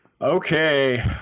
Okay